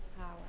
power